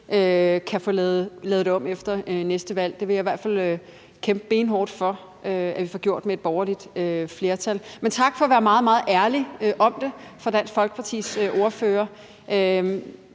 kan få lavet det om efter næste valg. Det vil jeg i hvert fald kæmpe benhårdt for at vi får gjort med et borgerligt flertal. Men tak for at være meget, meget ærlig om det fra Dansk Folkepartis ordførers